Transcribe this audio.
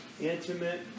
intimate